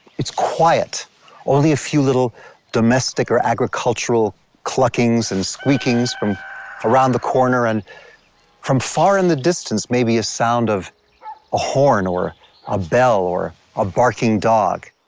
it's quiet only a few little domestic or agricultural cluckings and squeakings from around the corner, and from far in the distance, maybe a sound of a horn or a bell or a barking dog.